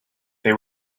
they